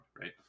right